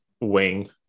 wing